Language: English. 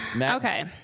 Okay